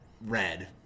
red